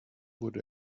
wurde